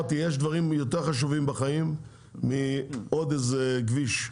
יש דברים יותר חשובים בחיים מלשדרג עוד איזה כביש.